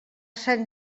sant